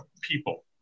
people